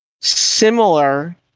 similar